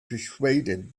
persuaded